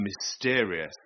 mysterious